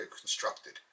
constructed